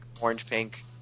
orange-pink